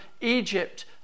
Egypt